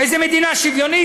איזה מדינה שוויונית?